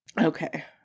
Okay